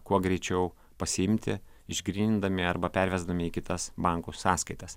kuo greičiau pasiimti išgrynindami arba pervesdami į kitas bankų sąskaitas